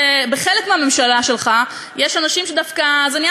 בחלק מהממשלה שלך יש אנשים שדווקא זה נהיה